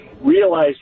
realize